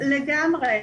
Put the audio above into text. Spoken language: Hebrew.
לגמרי.